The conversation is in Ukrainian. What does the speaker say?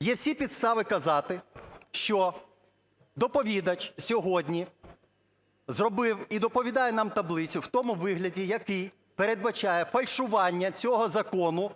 Є всі підстави казати, що доповідач сьогодні зробив і доповідає нам таблицю в тому вигляді, який передбачає фальшування цього закону